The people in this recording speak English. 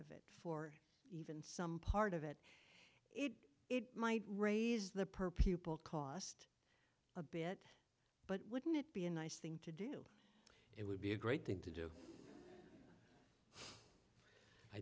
of it for even some part of it it it might raise the per pupil cost a bit but wouldn't it be a nice thing to do it would be a great thing to do i